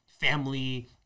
family